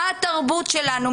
מה התרבות שלנו,